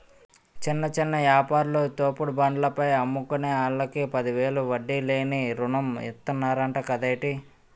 చిన్న చిన్న యాపారాలు, తోపుడు బండ్ల పైన అమ్ముకునే ఆల్లకి పదివేలు వడ్డీ లేని రుణం ఇతన్నరంట కదేటి